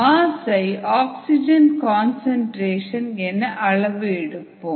மாசை oxygen concentration என அளவு எடுப்போம்